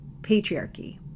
patriarchy